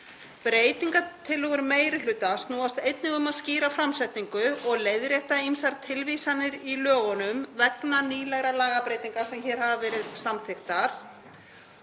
Breytingartillögur meiri hluta snúast einnig um að skýra framsetningu og leiðrétta ýmsar tilvísanir í lögunum vegna nýlegra lagabreytinga sem hér hafa verið samþykktar.